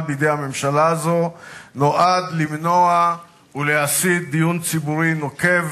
בידי הממשלה הזאת נועד למנוע ולהסיט דיון ציבורי נוקב